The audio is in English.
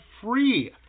free